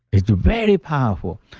it's very powerful.